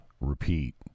repeat